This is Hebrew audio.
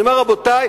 אני אומר: רבותי,